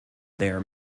their